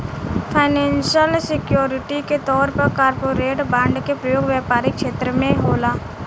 financial security के तौर पर कॉरपोरेट बॉन्ड के प्रयोग व्यापारिक छेत्र में होला